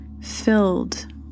filled